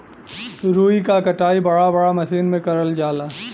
रुई क कटाई बड़ा बड़ा मसीन में करल जाला